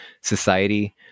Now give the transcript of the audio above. society